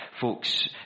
folks